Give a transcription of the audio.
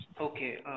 Okay